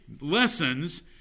lessons